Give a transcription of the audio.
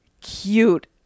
cute